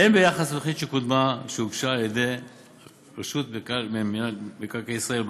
והן ביחס לתוכנית שהוגשה בעבר על-ידי רשות מקרקעי ישראל,